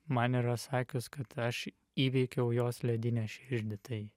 man yra sakius kad aš įveikiau jos ledinę širdį tai